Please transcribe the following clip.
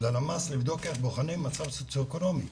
ללמ"ס לבדוק איך בוחנים מצב סוציו-אקונומי.